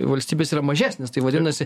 valstybės yra mažesnės tai vadinasi